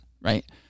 right